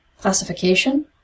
Classification